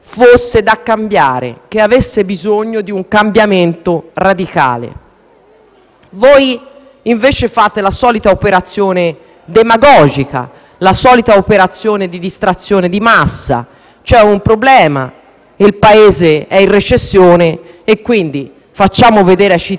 Voi invece fate la solita operazione demagogica e di distrazione di massa: c'è un problema, il Paese è in recessione e quindi facciamo vedere ai cittadini che spazziamo via 300 parlamentari, così magari non si accorgono